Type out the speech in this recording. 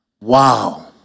Wow